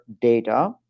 data